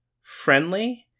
friendly